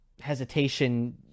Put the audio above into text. hesitation